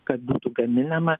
kad būtų gaminama